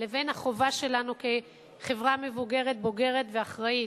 ובין החובה שלנו כחברה מבוגרת, בוגרת ואחראית,